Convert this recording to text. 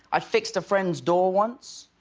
i fixed a friend's door once.